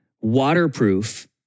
waterproof